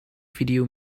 video